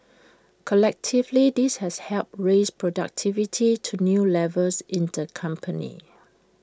collectively this has helped raise productivity to new levels in the company